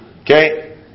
Okay